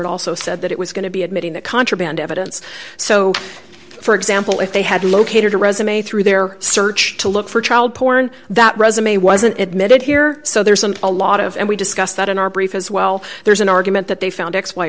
court also said that it was going to be admitting that contraband evidence so for example if they had located a resume through their search to look for child porn that resume wasn't admitted here so there's some a lot of and we discussed that in our brief as well there's an argument that they found x y